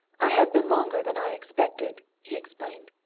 i have been longer than i expected, he explained.